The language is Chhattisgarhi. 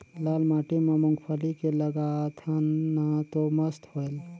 लाल माटी म मुंगफली के लगाथन न तो मस्त होयल?